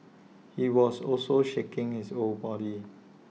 he was also shaking his whole body